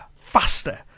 faster